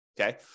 Okay